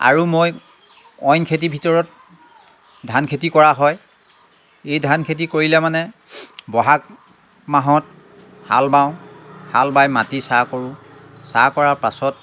আৰু মই অইন খেতিৰ ভিতৰত ধান খেতি কৰা হয় এই ধান খেতি কৰিলে মানে বহাগ মাহত হাল বাওঁ হাল বাই মাটি চাহ কৰোঁ চাহ কৰা পাছত